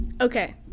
Okay